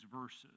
verses